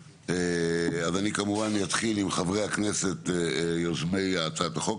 אני כמובן אתחיל עם חברי הכנסת יוזמי הצעת החוק.